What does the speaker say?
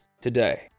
today